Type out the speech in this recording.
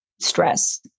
Stress